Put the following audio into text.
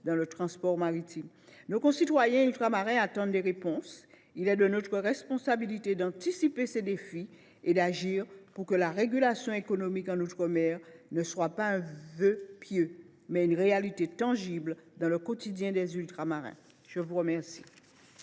dans le transport maritime. Nos concitoyens ultramarins attendent des réponses. Il est de notre responsabilité d’anticiper ces défis et d’agir pour que la régulation économique en outre mer soit non pas un vœu pieux, mais une réalité tangible dans le quotidien des Ultramarins. La parole